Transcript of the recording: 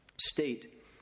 state